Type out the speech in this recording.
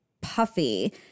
puffy